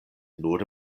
nur